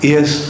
Yes